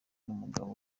n’umugore